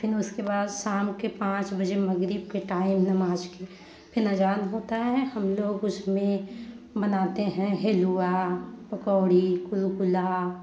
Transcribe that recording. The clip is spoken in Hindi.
फिर उसके बाद शाम के पाँच बजे मगरीब के टाइम नमाज के फिर अजान होता है हम लोग उसमें बनाते हैं हलुआ पकौड़ी कुल कुलहा